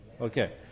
Okay